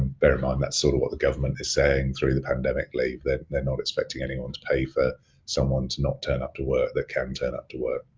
bear in mind that's sort of what the government is saying through the pandemic leave, they're not expecting anyone to pay for someone to not turn up to work that can turn up to work.